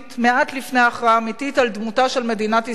מעט לפני ההכרעה האמיתית על דמותה של מדינת ישראל,